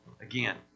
Again